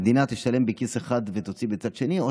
המדינה תשלם בכיס אחד ותוציא בצד שני או